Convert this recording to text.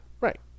Right